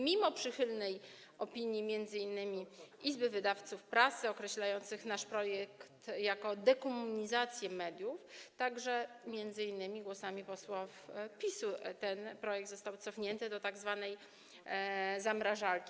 Mimo przychylnej opinii m.in. Izby Wydawców Prasy określającej nasz projekt jako dekomunizację mediów także m.in. głosami posłów PiS-u ten projekt został cofnięty do tzw. zamrażarki.